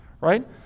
right